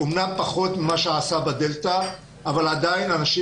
אמנם פחות ממה שעשה ב-דלתא אבל עדיין אנשים